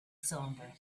cylinder